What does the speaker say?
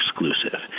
exclusive